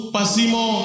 Pasimo